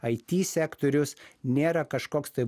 it sektorius nėra kažkoks tai